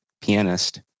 pianist